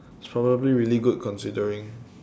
it's probably really good considering